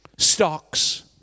Stocks